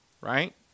Right